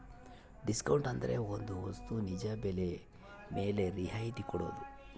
discount ಅಂದ್ರೆ ಒಂದ್ ವಸ್ತು ನಿಜ ಬೆಲೆ ಮೇಲೆ ರಿಯಾಯತಿ ಕೊಡೋದು